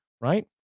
right